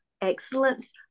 excellence